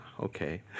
okay